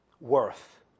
worth